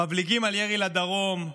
מבליגים על ירי לדרום,